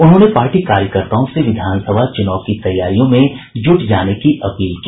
उन्होंने पार्टी कार्यकर्ताओं से विधानसभा चुनाव की तैयारियों में जुट जाने की अपील की